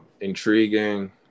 Intriguing